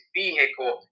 vehicle